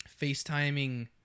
FaceTiming